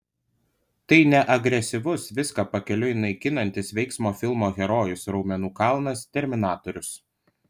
tai ne agresyvus viską pakeliui naikinantis veiksmo filmų herojus raumenų kalnas terminatorius